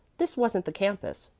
this wasn't the campus,